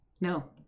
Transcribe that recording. No